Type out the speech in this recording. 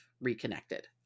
reconnected